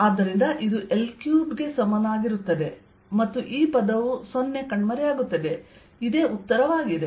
ಆದ್ದರಿಂದ ಇದು L3 ಗೆ ಸಮನಾಗಿರುತ್ತದೆ ಮತ್ತು ಈ ಪದವು 0 ಕಣ್ಮರೆಯಾಗುತ್ತದೆ ಇದು ಉತ್ತರವಾಗಿದೆ